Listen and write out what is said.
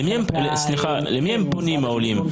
למי פונים העולים?